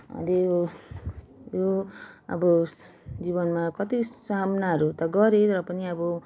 अलि यो यो अब जीवनमा कति सामनाहरू त गरेँ र पनि अब